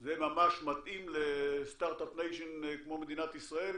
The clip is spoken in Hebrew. זה ממש מתאים לסטרטאפ ניישן כמו מדינת ישראל